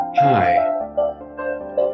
Hi